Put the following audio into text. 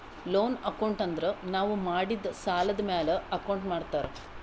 loan account ಅಂದುರ್ ನಾವು ಮಾಡಿದ್ ಸಾಲದ್ ಮ್ಯಾಲ ಅಕೌಂಟ್ ಮಾಡ್ತಾರ್